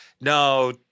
no